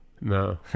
No